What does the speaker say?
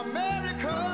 America